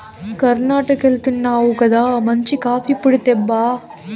కర్ణాటకెళ్తున్నావు గదా మంచి కాఫీ పొడి తేబ్బా